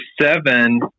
seven